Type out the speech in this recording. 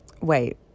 Wait